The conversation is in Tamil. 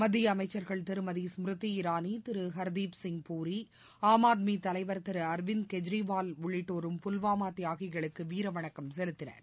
மத்திய அமைச்சர்கள் திருமதி ஸ்மிருதி இராளி திரு ஹர்திப்சிங் பூரி ஆம்ஆத்மி தலைவர் திரு அர்விந்த் கெஜ்ரிவால் உள்ளிட்டோரும் புல்வாமா தியாகிகளுக்கு வீரவணக்கம் செலுத்தினர்